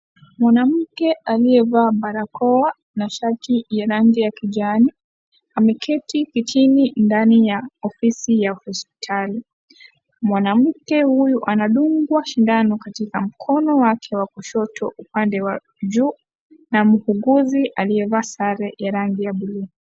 Mwanamke aliyevaa barakoa na shati la ranli ya kijani ameketi kitiini ndani ya ofisi ya hospitali. Mwanamke huyu anadungwa sindano katika mkono wake wa kushoto upande wa juu na muuguzi aliyevaa sare ya rangi ya bluu.